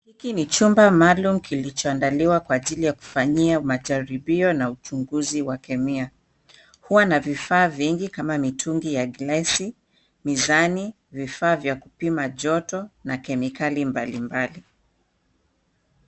Hiki ni chumba maalum kilichoandaliwa kwa ajili ya kufanyia majaribio na uchunguzi wa kemia. Huwa na vifaa vingi kama mitungi ya glesi, mizani, vifaa vya kupima joto na kemikali mbalimbali.